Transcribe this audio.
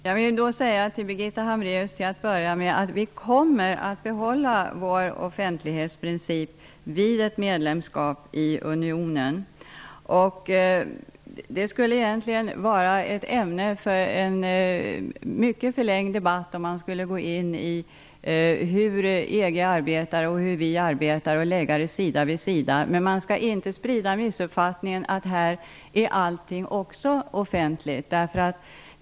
Herr talman! Till Birgitta Hambraeus vill jag säga att Sverige kommer att behålla sin offentlighetsprincip vid ett medlemskap i unionen. Att fördjupa sig i hur man arbetar i EG och hur man arbetar i Sverige och jämför arbetssätten sida vid sida skulle kunna utgöra ett ämne för en mycket förlängd debatt. Men det är en missuppfattning att allt i Sverige är offentligt, och den skall man ej bidra till att sprida.